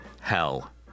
hell